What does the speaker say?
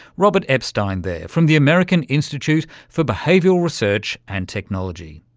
robert epstein there from the american institute for behavioural research and technology.